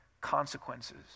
consequences